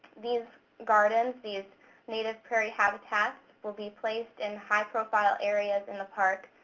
these gardens, these native prairie habitats, will be placed in high profile areas in the park,